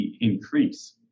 increase